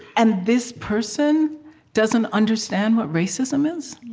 and this person doesn't understand what racism is?